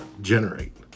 generate